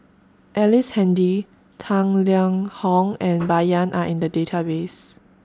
Ellice Handy Tang Liang Hong and Bai Yan Are in The Database